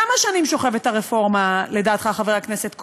כמה שנים שוכבת הרפורמה, לדעתך, חבר הכנסת כהן?